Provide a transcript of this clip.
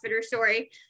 story